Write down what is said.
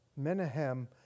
Menahem